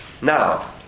Now